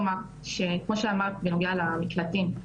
זה יוצר איזה שהוא פוסט-טראומה לא מודעת